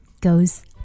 goes